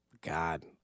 God